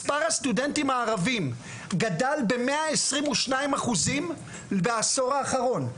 מספר הסטודנטים הערבים גדל במאה עשרים ושניים אחוזים בעשור האחרון.